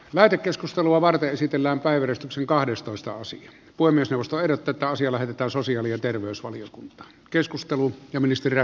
lähetekeskustelua varten esitellään päivystyksen kahdestoista sija voi puhemiesneuvosto ehdottaa että asia lähetetään sosiaali ja terveysvaliokuntaan